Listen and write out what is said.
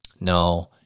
No